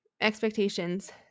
expectations